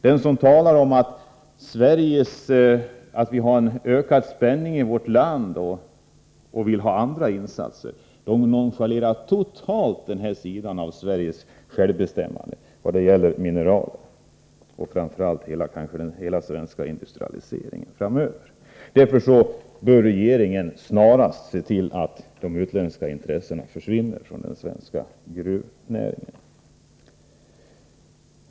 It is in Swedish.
Den som talar om att det råder en ökad spänning i vårt land och vill göra andra insatser, nonchalerar totalt denna sida av Sveriges självbestämmande när det gäller mineraler och kanske hela den svenska industrialiseringen framöver. Därför bör regeringen snarast se till att de utländska intressena försvinner från den svenska gruvnäringen.